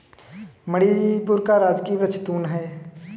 मणिपुर का राजकीय वृक्ष तून है